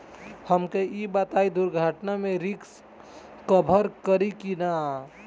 हमके ई बताईं दुर्घटना में रिस्क कभर करी कि ना?